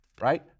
right